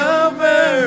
over